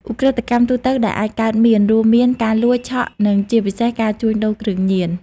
ឧក្រិដ្ឋកម្មទូទៅដែលអាចកើតមានរួមមាន ការលួច ឆក់ និងជាពិសេស ការជួញដូរគ្រឿងញៀន។